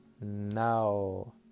now